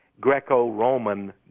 Greco-Roman